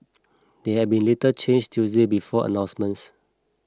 they had been little changed Tuesday before announcements